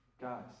Guys